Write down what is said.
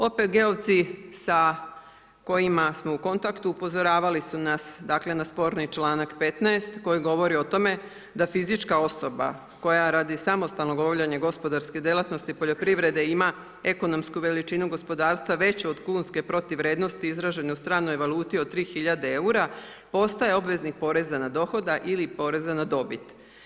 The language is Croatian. OPG-ovci sa koji smo u kontaktu upozoravali su nas dakle, na sporni čl. 15. koji govori o tome da fizička osoba koja radi samostalnog obavljanja gospodarske djelatnosti poljoprivrede ima ekonomsku veličinu gospodarstva veću od kunske protuvrijednosti izražene u stranoj valuti od 3000 eura, postaje obveznik poreza na dohodak ili poreza na dobit.